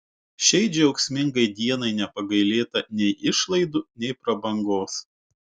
šiai džiaugsmingai dienai nepagailėta nei išlaidų nei prabangos